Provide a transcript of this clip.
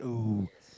oh